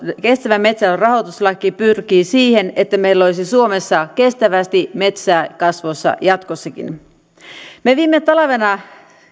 kestävän metsätalouden rahoituslaki pyrkii siihen että meillä olisi suomessa kestävästi metsää kasvamassa jatkossakin me viime talvena